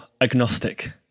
agnostic